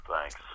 thanks